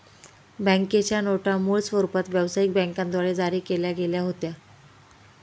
बँकेच्या नोटा मूळ स्वरूपात व्यवसायिक बँकांद्वारे जारी केल्या गेल्या होत्या